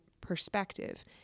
perspective